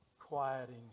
quieting